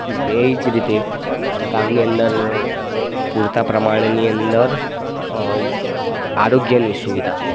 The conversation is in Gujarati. એ જ રીતે ગામની અંદર પૂરતા પ્રમાણેની અંદર આરોગ્યની સુવિધા